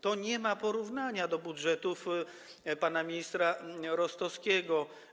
Tu nie ma porównania do budżetów pana ministra Rostowskiego.